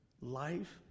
life